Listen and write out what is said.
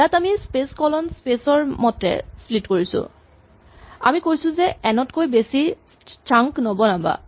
ইয়াত আমি স্পেচ কলন স্পেচ ৰ মতে স্প্লিট কৰিছো আমি কৈছো যে এন তকৈ বেছি ছাংক নবনাবা